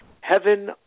heaven